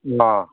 ꯑꯥ